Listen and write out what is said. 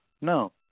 No